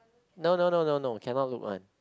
no no no no no cannot one